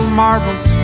marvels